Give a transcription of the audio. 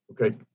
okay